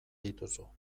dituzu